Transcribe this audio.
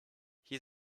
hier